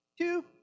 Two